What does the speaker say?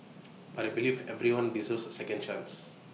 but I believe everyone deserves A second chance